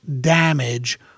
damage